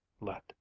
Let